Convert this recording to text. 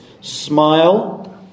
Smile